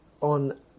on